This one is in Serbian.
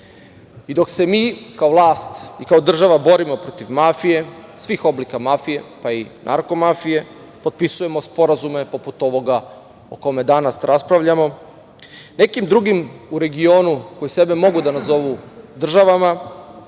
se mi kao vlast i kao država borimo protiv mafije, svih oblika mafije, pa i narko mafije, potpisujemo sporazume poput ovoga o kome danas raspravljamo, nekim drugim u regionu koji sebe mogu da nazovu državama,